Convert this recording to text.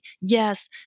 Yes